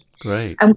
Great